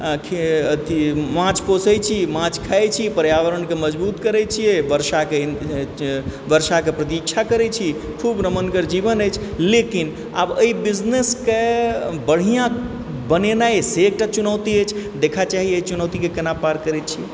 अथी माछ पोषैत छी माछ खाइत छी पर्यावरणके मजबूत करैत छियै वर्षाके वर्षाके प्रतीक्षा करैत छी खूब रमणगर जीवन अछि लेकिन आब एहि बिजनेसकेँ बढ़ियाँ बनेनाइ से एकटा चुनौती अछि देखा चाही एहि चुनौतीकेँ केना पार करैत छी